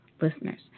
listeners